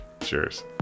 Cheers